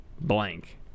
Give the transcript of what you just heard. Blank